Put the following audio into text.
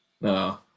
No